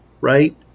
right